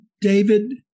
David